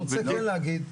אני רוצה כן להגיד,